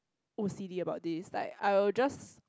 O C D about this like I will just